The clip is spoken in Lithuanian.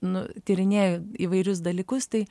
nu tyrinėjo įvairius dalykus tai